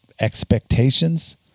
expectations